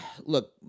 look